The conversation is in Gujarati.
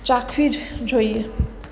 ચાખવી જ જોઈએ